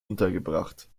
untergebracht